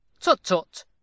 Tut-tut